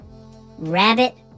Rabbit